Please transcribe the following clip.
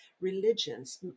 religions